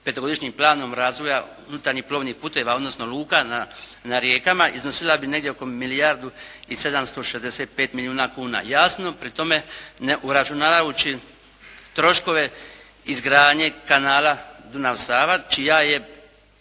petogodišnjim planom razvoja unutarnjih plovnih odnosno luka na rijekama iznosila bi negdje oko milijardu i 765 milijuna kuna. Jasno pri tome ne uračunavajući troškove izgradnje kanala Dunav-Sava čija je